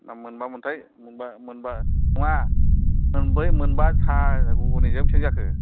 ना मोनबा मोनथाय मोनबा नङा मोनब्रै मोनबा साह घुगुनिजों बेसेबां जाखो